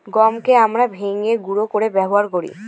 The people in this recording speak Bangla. গমকে আমরা ভেঙে গুঁড়া করে ব্যবহার করি